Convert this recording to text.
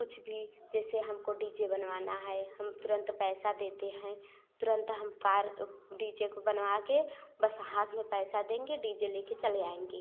कुछ भी जैसे हमको डी जे बनवाना है हम तुरंत पैसा देते हैं तुरंत हम कार डी जे को बनवा कर बस हाथ में पैसा देंगे डी जे ले कर चले आएंगी